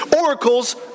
oracles